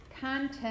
content